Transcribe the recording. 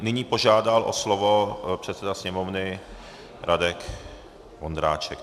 Nyní požádal o slovo předseda Sněmovny Radek Vondráček.